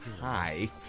Hi